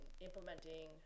implementing